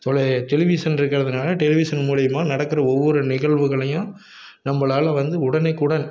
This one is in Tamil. தொலை டெலிவிஷன் இருக்கிறதுனால டெலிவிஷன் மூலியுமாக நடக்கிற ஒவ்வொரு நிகழ்வுகளையும் நம்மளால் வந்து உடனக்குடன்